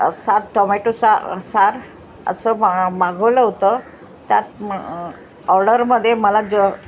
सात टोमॅटो सा असं मा मागवलं होतं त्यात ऑर्डरमदे मला ज